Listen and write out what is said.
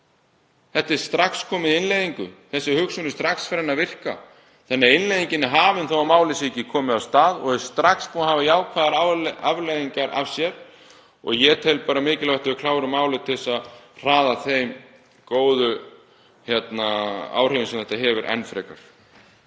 Þetta er strax komið í innleiðingu. Þessi hugsun er strax farin að virka. Þannig að innleiðingin er hafin þó að málið sé ekki komið af stað og það er strax búið að hafa jákvæðar afleiðingar. Ég tel bara mikilvægt að við klárum málið til að hraða þeim góðu áhrifum sem þetta hefur enn frekar.